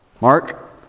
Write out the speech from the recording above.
Mark